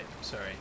Sorry